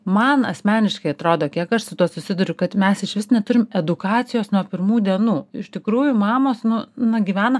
man asmeniškai atrodo kiek aš su tuo susiduriu kad mes išvis neturim edukacijos nuo pirmų dienų iš tikrųjų mamos nu na gyvena